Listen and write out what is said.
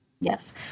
Yes